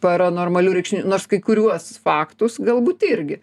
paranormalių reiškinių nors kai kuriuos faktus galbūt irgi